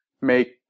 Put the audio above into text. make